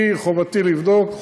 חובתי לבדוק,